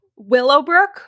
Willowbrook